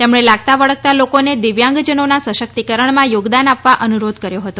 તેમણે લાગતાવળગતા લોકોને દિવ્યાંગજનોના સશક્તિકરણમાં યોગદાન આપવા અનુરોધ કર્યો હતો